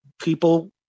people